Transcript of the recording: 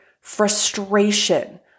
frustration